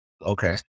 okay